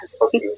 Okay